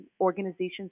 organizations